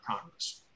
Congress